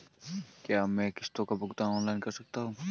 क्या मैं किश्तों का भुगतान ऑनलाइन कर सकता हूँ?